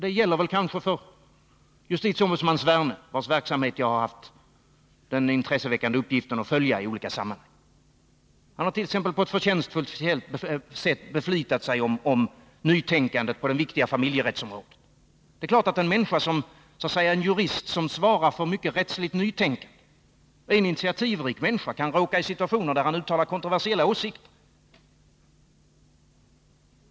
Det gäller nu justitieombudsmannen Sverne, vars verksamhet jag har haft den intresseväckande uppgiften att följa i olika sammanhang. Han har t.ex. på ett förtjänstfullt sätt beflitat sig om nytänkande på det viktiga familjerättsliga området. Det är klart att en jurist som svarar för mycket rättsligt nytänkande, en initiativrik människa, kan råka i situationer där han uttalar kontroversiella åsikter.